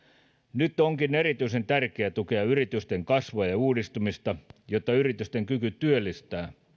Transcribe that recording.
nyt onkin erityisen tärkeää tukea yritysten kasvua ja uudistumista jotta yritysten kyky työllistää